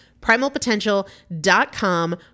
Primalpotential.com